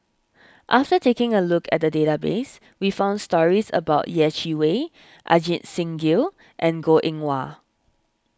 after taking a look at the database we found stories about Yeh Chi Wei Ajit Singh Gill and Goh Eng Wah